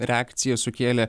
reakciją sukėlė